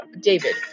David